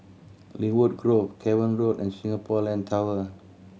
Lynwood Grove Cavan Road and Singapore Land Tower